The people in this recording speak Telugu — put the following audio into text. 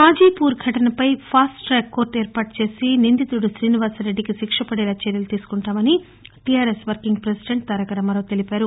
హాజీపూర్ ఘటనపై ఫాస్ట్ టాక్ కోర్టు ఏర్పాటు చేసి నిందితుడు శ్రీనివాస్రెడ్డికి శిక్ష పదేలా చర్యలు తీసుకుంటామని TRS working president Taraka Rama Rao తెలిపారు